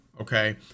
Okay